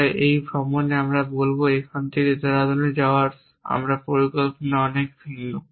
তাই এই ভ্রমণে আমি বলবো এখানে থেকে দেরাদুনে যাওয়ার আমার পরিকল্পনা অনেক ভিন্ন